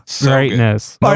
Greatness